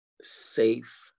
safe